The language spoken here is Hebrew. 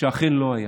שאכן לא יהיה.